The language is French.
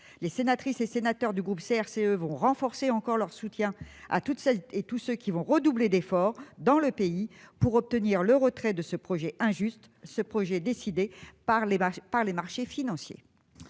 Les sénatrices et sénateurs du groupe CRCE vont renforcer encore leur soutien à toutes celles et à tous ceux qui vont redoubler d'effort dans le pays pour obtenir le retrait de ce projet injuste, ce projet décidé par les marchés financiers.